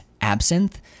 absinthe